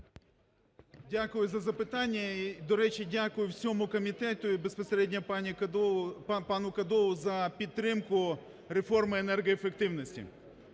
Дякую за запитання. До речі, дякую всьому комітету і безпосередньо пану Кодолі за підтримку реформи енергоефективності.